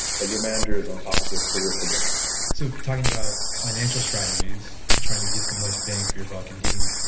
that your manager is on top of your career progression so talking about financial strategies, and trying to get the most bang for your buck, and getting,